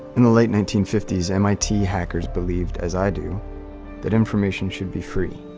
in the late nineteen fifty s, mit hackers believed as i do that information should be free.